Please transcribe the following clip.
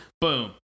Boom